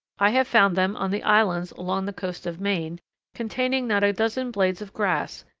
i have found them on the islands along the coast of maine containing not a dozen blades of grass,